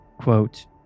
quote